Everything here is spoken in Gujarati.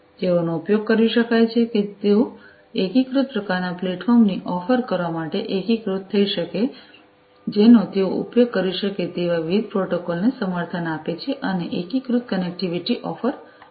તેઓનો ઉપયોગ કરી શકાય છે કે તેઓ એકીકૃત પ્રકારના પ્લેટફોર્મ ની ઓફર કરવા માટે એકીકૃત થઈ શકે જેનો તેઓ ઉપયોગ કરી શકે તેવા વિવિધ પ્રોટોકોલો ને સમર્થન આપે છે અને એકીકૃત કનેક્ટિવિટી ઓફર કરી શકાય છે